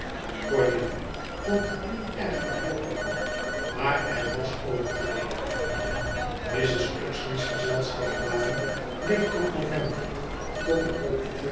cornélie vond het niet erg aanlokkelijk maar er was over te denken mrs uxeley's gezelschapsdame bleef tot november tot the